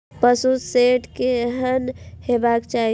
पशु शेड केहन हेबाक चाही?